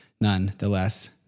nonetheless